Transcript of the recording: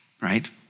right